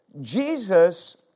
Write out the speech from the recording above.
Jesus